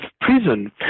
prison